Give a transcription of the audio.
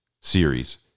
series